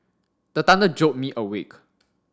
the thunder jolt me awake